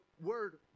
word